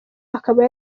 akaba